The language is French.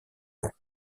long